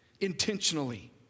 intentionally